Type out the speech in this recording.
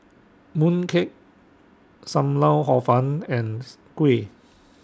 Mooncake SAM Lau Hor Fun and Kuih